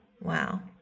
Wow